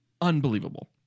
unbelievable